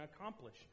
accomplish